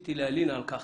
ניסיתי להלין על כך,